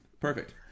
perfect